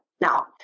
Now